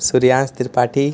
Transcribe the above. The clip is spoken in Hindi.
सूर्यान्श त्रिपाठी